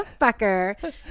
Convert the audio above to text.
motherfucker